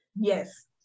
Yes